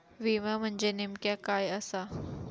विमा म्हणजे नेमक्या काय आसा?